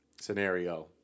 Scenario